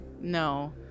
no